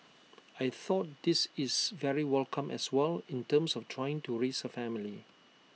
I thought this is very welcome as well in terms of trying to raise A family